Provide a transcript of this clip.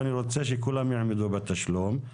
ואני רוצה שכולם יעמדו בתשלום.